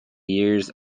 years